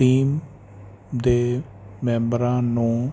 team ਦੇ ਮੈਂਬਰਾਂ ਨੂੰ